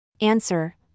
Answer